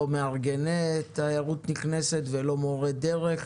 לא מארגני תיירות נכנסת ולא מורי דרך,